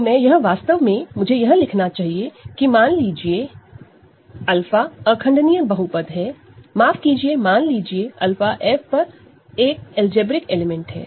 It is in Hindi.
तो मैं यह वास्तव में मुझे यह लिखना चाहिए कि मान लीजिए 𝛂 इररेडूसिबल पॉलीनॉमिनल है माफ कीजिए मान लीजिए 𝛂 ओवर F एक अलजेब्रिक एलिमेंट है